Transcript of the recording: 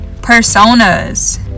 personas